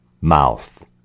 mouth